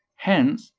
hence,